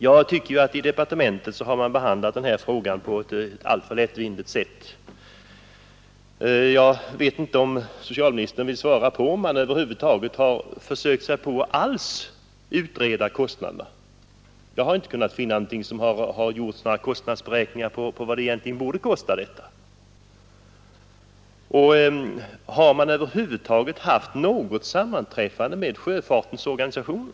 Jag tycker att man i departementet har behandlat den här frågan på ett alltför lättvindigt sätt. Jag vet inte om socialministern över huvud taget har försökt sig på att utreda kostnaderna. Jag har inte kunnat finna några beräkningar på vad det egentligen borde kosta. Har man sammanträffat med sjöfartens organisationer?